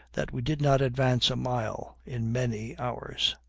that we did not advance a mile in many hours.